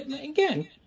again